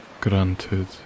granted